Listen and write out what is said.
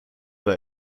war